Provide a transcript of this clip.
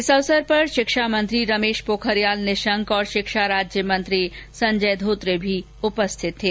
इस अवसर पर शिक्षामंत्री रमेश पोखरियल निशंक और शिक्षा राज्य मंत्री संजय धोत्रे भी उपस्थित थे